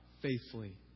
faithfully